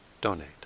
donate